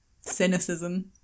Cynicism